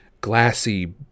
glassy